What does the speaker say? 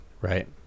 Right